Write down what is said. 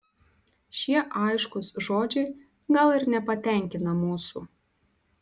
šie aiškūs žodžiai gal ir nepatenkina mūsų